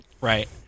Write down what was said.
right